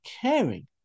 caring